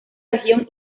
región